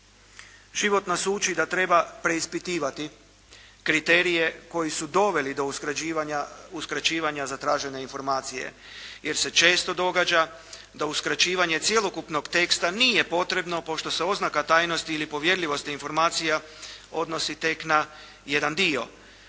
Život nas uči da treba preispitivati kriterije koji su doveli do uskraćivanja zatražene informacije jer se često događa da uskraćivanje cjelokupnog teksta nije potrebno pošto se oznaka tajnosti ili povjerljivosti informacija odnosi tek na jedan dio.